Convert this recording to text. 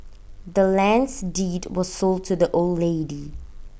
the land's deed was sold to the old lady